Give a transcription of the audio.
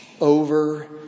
over